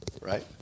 right